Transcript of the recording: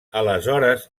aleshores